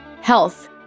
health